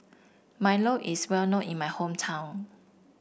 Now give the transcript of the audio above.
Milo is well known in my hometown